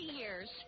years